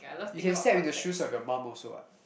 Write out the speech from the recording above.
you can step in the shoes of your mom also [what]